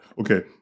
okay